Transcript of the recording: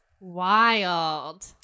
Wild